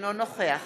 אינו נוכח